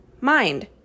mind